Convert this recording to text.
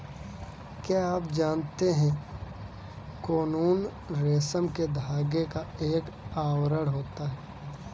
क्या आप जानते है कोकून रेशम के धागे का एक आवरण होता है?